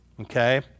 Okay